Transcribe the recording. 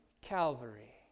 Calvary